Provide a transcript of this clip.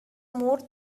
more